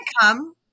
come